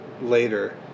later